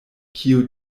kio